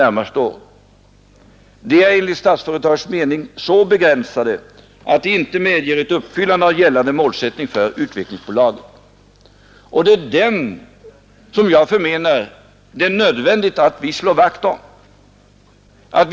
Vore det inte rimligt att avvakta bokslutet i dess slutgiltiga skick, innan vi går in på en realgranskning av vad som förevarit under 1971?